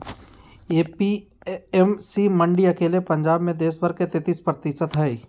APMC मंडी अकेले पंजाब मे देश भर के तेतीस प्रतिशत हई